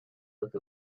look